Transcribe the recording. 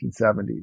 1970s